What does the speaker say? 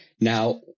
Now